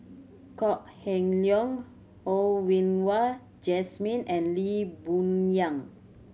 Kok Heng Leun Ho Yen Wah Jesmine and Lee Boon Yang